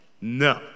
No